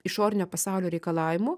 išorinio pasaulio reikalavimų